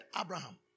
Abraham